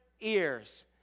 ears